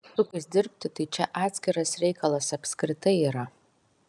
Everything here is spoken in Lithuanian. su kompais dirbti tai čia atskiras reikalas apskritai yra